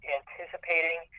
anticipating